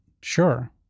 Sure